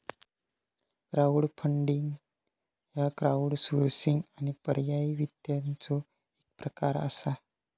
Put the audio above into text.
crowdfunding ह्य crowdsourcing आणि पर्यायी वित्ताचो एक प्रकार असा